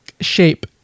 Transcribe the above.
shape